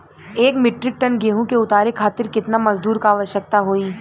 एक metric ton गेहूँ के उतारे खातीर कितना मजदूर क आवश्यकता होई?